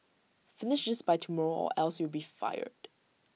finish this by tomorrow or else you'll be fired